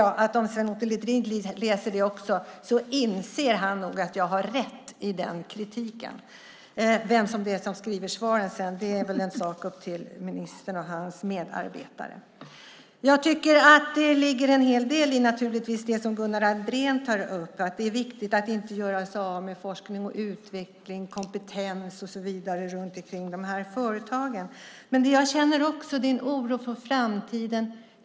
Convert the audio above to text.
Om Sven Otto Littorin läser det inser han nog att jag har rätt i den kritiken. Vem det är som skriver svaren är väl upp till ministern och hans medarbetare. Jag tycker naturligtvis att det ligger en hel del i det som Gunnar Andrén tar upp, att det är viktigt att vi inte gör oss av med forskning och utveckling, kompetens och så vidare runt de här företagen. Men jag känner också en oro för framtiden.